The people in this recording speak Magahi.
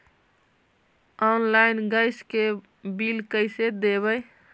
आनलाइन गैस के बिल कैसे देबै?